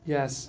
Yes